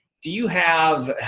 do you have,